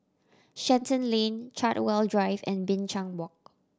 Shenton Lane Chartwell Drive and Binchang Walk